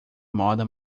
moda